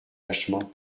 lâchement